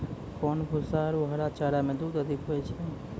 कोन भूसा आरु हरा चारा मे दूध अधिक होय छै?